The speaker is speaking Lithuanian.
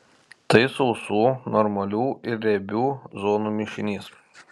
tai sausų normalių ir riebių zonų mišinys